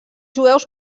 jueus